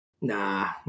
nah